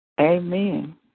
Amen